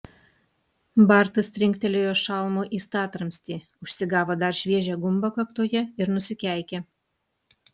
bartas trinktelėjo šalmu į statramstį užsigavo dar šviežią gumbą kaktoje ir nusikeikė